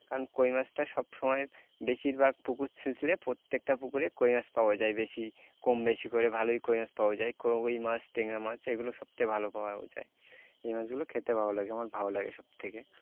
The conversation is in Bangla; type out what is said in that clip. কারণ কই মাছটা সবসময় বেশিরভাগ পুকুর ছিঁচলে প্রত্যেকটা পুকুরে কই মাছ পাওয়া যায় বেশি কমবেশি করে ভালোই কই মাছ পাওয়া যায় কই মাছ ট্যাংরা মাছ এগুলো সবথেকে ভালো পাওয়া যায় এই মাছগুলো খেতে ভালো লাগে আমার ভালো লাগে সবথেকে